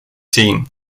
seen